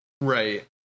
Right